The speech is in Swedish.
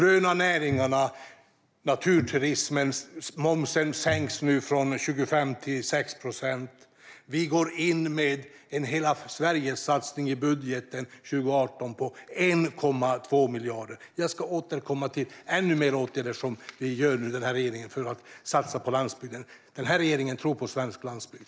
Momsen sänks nu från 25 till 6 procent på de gröna näringarna och naturturismen. Vi går in med en satsning på 1,2 miljarder på hela Sverige i budgeten 2018. Jag ska återkomma med ännu fler åtgärder som denna regering vidtar för att satsa på landsbygden. Denna regering tror på svensk landsbygd.